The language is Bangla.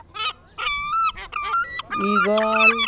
ঈগল